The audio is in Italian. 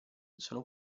sono